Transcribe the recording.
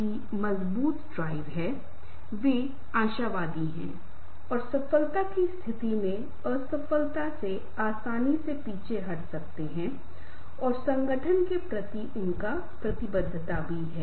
यह पहले से ही संस्कृति द्वारा समाज द्वारा तय किया गया है और अगर हम हमारे कपड़ों की शैली के बारे में हमारे हेयर स्टाइल के बारे में हमारे बैठने के तरीके के बारे में कोड का उल्लंघन कर रहे हैं तो हमारी उपस्थिति हम कैसे दिखते हैं ताकि आप भी हो सकते हैं सामाजिक कंडीशनिंग के अनुसार खुद को समायोजित करने में सक्षम नहीं है